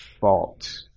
fault